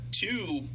two